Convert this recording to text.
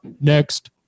next